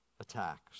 attacks